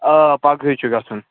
آ پَگہٕے چھُ گژھُن